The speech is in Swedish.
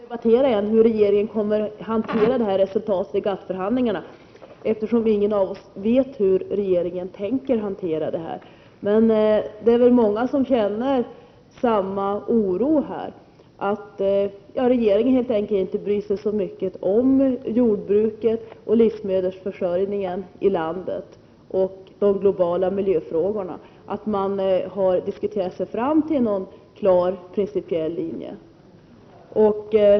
Fru talman! Det är svårt att debattera hur regeringen skall hantera resultatet av GATT-förhandlingarna, eftersom ingen av oss vet hur regeringen tänker hantera denna fråga. Det är många som känner samma oro för att regeringen helt enkelt inte bryr sig om jordbruket, livsmedelsförsörjningen i landet samt de globala miljöfrågorna, och att man inte har diskuterat sig fram till någon klar principiell linje.